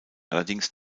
allerdings